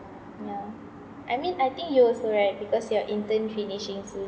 yeah I mean I think you also right because your intern finishing soon